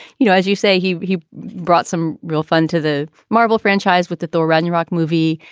you know, as you say, he he brought some real fun to the marvel franchise with the thor ragnarok movie.